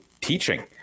teaching